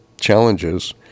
challenges